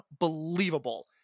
unbelievable